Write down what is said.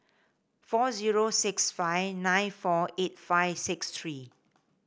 four zero six five nine four eight five six three